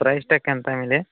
ପ୍ରାଇସ୍ଟା କେନ୍ତା ମିଲେ